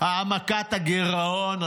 העמקת הגירעון.